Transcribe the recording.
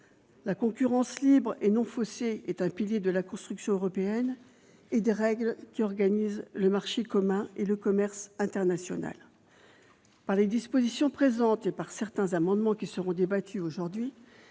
La concurrence libre et non faussée est un pilier de la construction européenne et des règles qui organisent le marché commun et le commerce international. Par les dispositions présentes et par certains amendements qui seront débattus aujourd'hui,